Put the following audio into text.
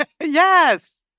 Yes